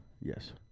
Yes